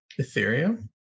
Ethereum